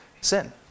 sin